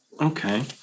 Okay